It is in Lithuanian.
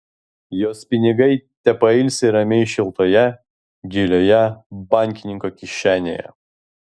jos pinigai tepailsi ramiai šiltoje gilioje bankininko kišenėje